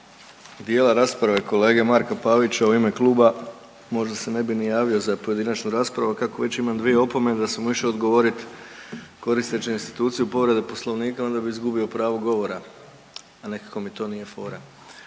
dijela rasprave kolege Marka Pavića u ime kluba, možda se ne bi ni javio za pojedinačnu raspravu, a kako već imam dvije opomene, da sam mu išao odgovoriti koristeći instituciju povrede Poslovnika, onda bih izgubio pravo govora, a nekako mi to nije fora.